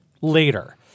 later